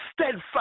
steadfast